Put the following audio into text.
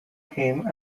him